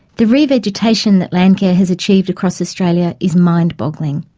the re-vegetation that landcare has achieved across australia is mind-boggling,